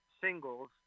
singles